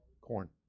corn